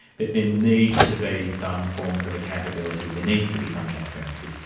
there there need to be some forms of accountability, there needs to be some transparency.